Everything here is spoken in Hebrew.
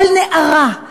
כל נערה,